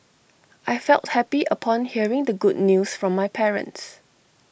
I felt happy upon hearing the good news from my parents